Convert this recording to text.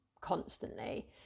constantly